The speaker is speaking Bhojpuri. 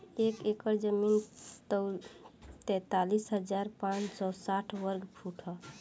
एक एकड़ जमीन तैंतालीस हजार पांच सौ साठ वर्ग फुट ह